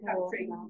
country